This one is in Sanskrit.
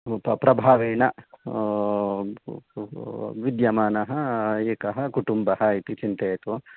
प प्रभावेण विद्यमानः एकः कुटुम्बः इति चिन्तयतु